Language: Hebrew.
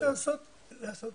חקיקה.